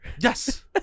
Yes